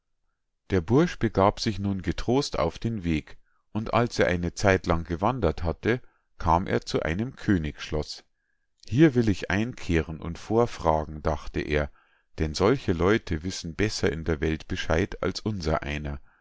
der bursch begab sich nun getrost auf den weg und als er eine zeitlang gewandert hatte kam er zu einem königsschloß hier will ich einkehren und vorfragen dachte er denn solche leute wissen besser in der welt bescheid als